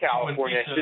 California